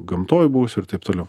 gamtoj būsiu ir taip toliau